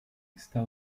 está